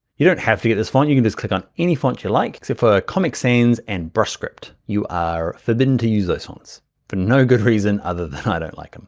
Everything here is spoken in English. you don't have to get this font, you can just click on any font you like except for comic sans and brush script. you are forbidden to use these so ones for no good reason other than i don't like them.